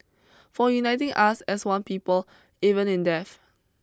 for uniting us as one people even in death